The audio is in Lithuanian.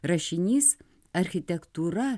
rašinys architektūra